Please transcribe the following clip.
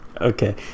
okay